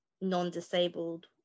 non-disabled